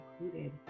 included